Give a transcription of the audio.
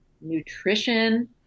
nutrition